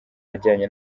ajyanye